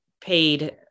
paid